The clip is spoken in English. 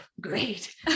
great